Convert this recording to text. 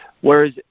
Whereas